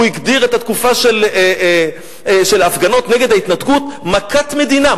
הוא הגדיר את התקופה של ההפגנות נגד ההתנתקות "מכת מדינה".